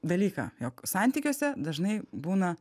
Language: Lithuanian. dalyką jog santykiuose dažnai būna